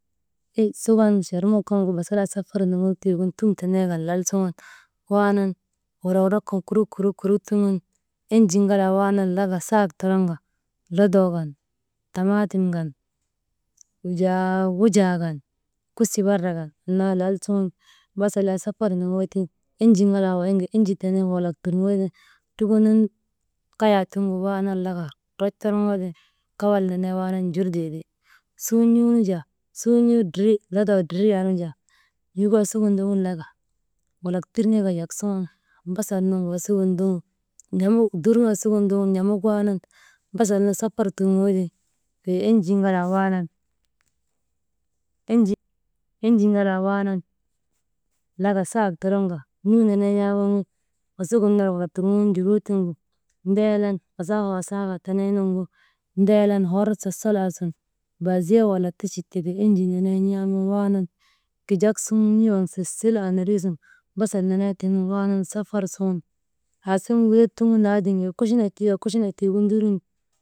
Ek sukan charmut kaŋgu basalaayek safar nurŋok tiigu tum tenee kan lal suŋun waanan worworok kan kurut, kurut, suŋun enjii ŋalaa waanan laka ŋalaa saatoroŋka, lodoo kan, tamaatim kan wujaa, wujaa kan kusi barra kan, annaa lal suŋun basal yak safar nurŋootiŋ gu, enjii ŋalaa wayin ka enjii tenee, walak turŋoonu trufunun kayaa tiŋgu waanan laka, troch torŋoo tiŋ kawal nenee waanan njurtee ti. Suu n̰uu nu jaa, n̰uu ndri, lodoo dridriyaa nu jaa, n̰ugu wasigin ndogun laka, walak tirŋeka yak suŋun basal nu wasigin ndogun n̰amugu, dur nu wasigin ndoŋun, n̰amuk waanan basal nu safar turŋoo tiŋ wey enjii ŋalaa waanan «hesitation» laka sak toroŋka n̰uu nenee waanan, laka sak toroŋka, n̰uu nenee n̰aaman wasigin ner walak turŋoka njuroo tiŋgu, ndeelan wasaahaa, wasaahaa, tenee nuŋgu deelan hor sasalaa sun, baziyen wala tachik tika enjii nenee n̰aaman waanan kijak suŋun n̰uu waŋgu sesel andrii sun basal nenee tiŋgu waanan safar suŋun aasuŋun wiret tuŋun laatiŋ wey kuchinek tiika kuchinek tiigu njurun.